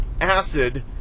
acid